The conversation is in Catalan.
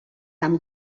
amb